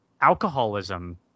alcoholism